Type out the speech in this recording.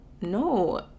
no